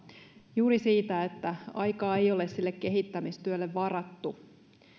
juuri siitä että aikaa ei ole sille kehittämistyölle varattu